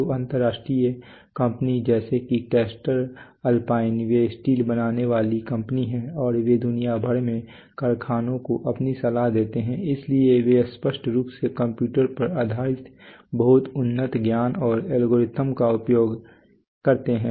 तो अंतरराष्ट्रीय कंपनियां जैसे कि कैस्टर अल्पाइन वे स्टील बनाने वाले कंपनी हैं और वे दुनिया भर में कारखानों को अपनी सलाह देते हैं इसलिए वे स्पष्ट रूप से कंप्यूटर पर आधारित बहुत उन्नत ज्ञान और एल्गोरिदम का उपयोग करते हैं